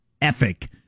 ethic